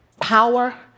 power